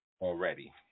already